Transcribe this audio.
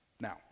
now